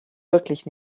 wirklich